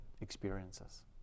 experiences